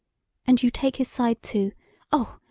and you take his side, too oh!